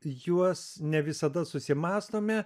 juos ne visada susimąstome